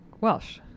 Welsh